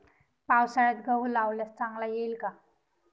पावसाळ्यात गहू लावल्यास चांगला येईल का?